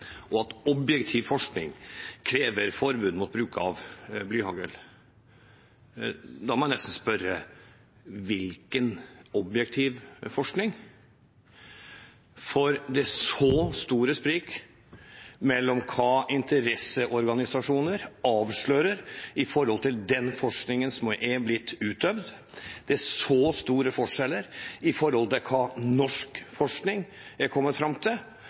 og at objektiv forskning krever forbud mot bruk av blyhagl. Da må jeg nesten spørre: Hvilken objektiv forskning? For det er så store sprik mellom hva interesseorganisasjoner avslører når det gjelder den forskningen som er blitt utøvd, det er så store forskjeller når det gjelder hva norsk forskning har kommet fram til,